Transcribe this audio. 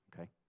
Okay